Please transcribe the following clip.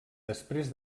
després